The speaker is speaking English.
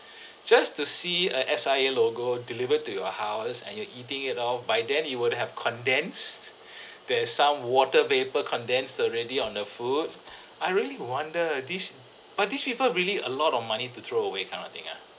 just to see a S_I_A logo delivered to your house and you're eating it all by then it would have condensed there's some water vapor condensed already on the food I really wonder this but these people really a lot of money to throw away kind of thing ah